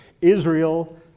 Israel